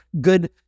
good